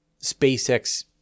SpaceX